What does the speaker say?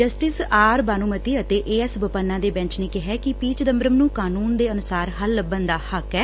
justice R Banumathi ਅਤੇ A S Bopanna ਦੇ bench ਨੇ ਕਿਹੈ ਕਿ ਪੀ ਚਿਦੰਬਰਮ ਨੂੰ ਕਾਨੂੰਨ ਦੇ ਅਨੁਸਾਰ ਹੱਲ ਲੱਭਣ ਦਾ ਹੱਕ ਐ